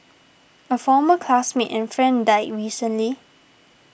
a former classmate and friend died recently